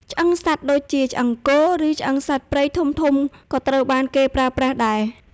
ឆ្អឹងសត្វដូចជាឆ្អឹងគោ ឬឆ្អឹងសត្វព្រៃធំៗក៏ត្រូវបានគេប្រើប្រាស់ដែរ។